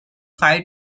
five